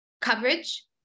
coverage